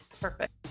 Perfect